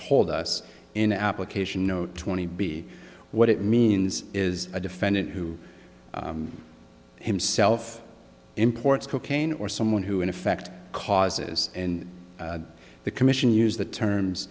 told us in an application no twenty b what it means is a defendant who himself imports cocaine or someone who in effect causes in the commission use the terms